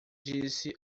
disse